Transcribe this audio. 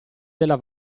della